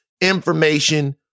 information